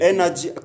Energy